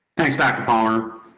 thanks, dr power.